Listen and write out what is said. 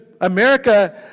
America